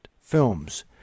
Films